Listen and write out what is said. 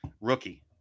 rookie